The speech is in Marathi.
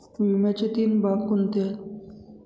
विम्याचे तीन भाग कोणते आहेत?